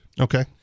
Okay